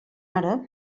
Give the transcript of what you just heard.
àrab